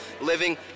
living